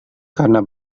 karena